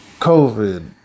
COVID